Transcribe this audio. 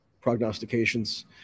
prognostications